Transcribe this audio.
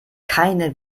keine